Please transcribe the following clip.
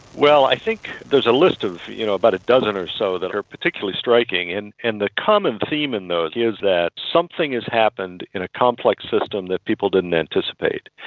well, i think there's a list of you know about a dozen or so that are particularly striking, and and the common theme in those is that something has happened in a complex system that people didn't anticipate.